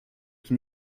qui